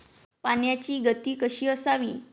पाण्याची गती कशी असावी?